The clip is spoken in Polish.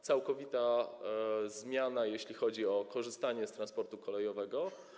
To całkowita zmiana, jeśli chodzi o korzystanie z transportu kolejowego.